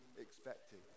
expected